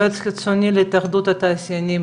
יועץ חיצוני להתאחדות התעשיינים,